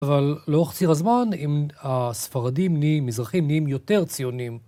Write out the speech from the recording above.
אבל לאורך ציר הזמן, אם הספרדים נהיים, מזרחים נהיים יותר ציונים..